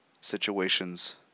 situations